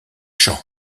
champ